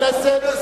סדרני הכנסת,